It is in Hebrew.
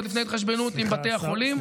עוד לפני ההתחשבנות עם בתי החולים.